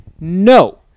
no